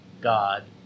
God